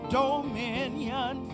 dominion